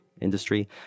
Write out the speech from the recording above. industry